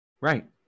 Right